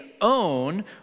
own